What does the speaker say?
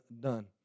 done